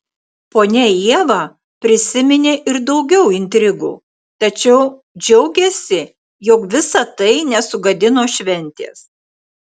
ponia ieva prisiminė ir daugiau intrigų tačiau džiaugėsi jog visa tai nesugadino šventės